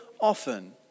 often